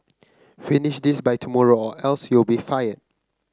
finish this by tomorrow or else you'll be fired